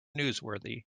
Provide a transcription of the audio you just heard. newsworthy